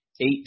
Eight